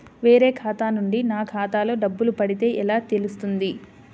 వేరే ఖాతా నుండి నా ఖాతాలో డబ్బులు పడితే ఎలా తెలుస్తుంది?